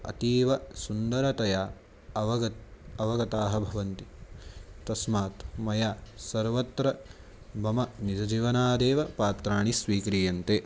अतीव सुन्दरतया अवगत् अवगताः भवन्ति तस्मात् मया सर्वत्र मम निजजीवनादेव पात्राणि स्वीक्रियन्ते